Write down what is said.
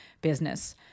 business